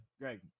greg